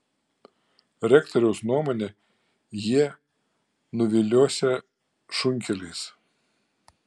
rektoriaus nuomone jie nuviliosią šunkeliais